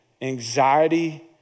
anxiety